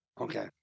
Okay